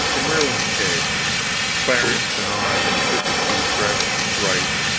in merlin's cave clarence and i and fifty-two fresh, bright,